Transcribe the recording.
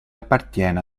appartiene